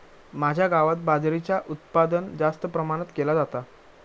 माझ्या गावात बाजरीचा उत्पादन जास्त प्रमाणात केला जाता